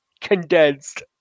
condensed